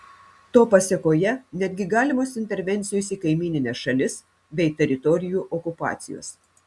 to pasėkoje netgi galimos intervencijos į kaimynines šalis bei teritorijų okupacijos